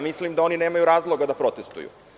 Mislim da oni nemaju razloga da protestuju.